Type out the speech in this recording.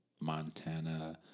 Montana